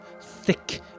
thick